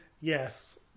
Yes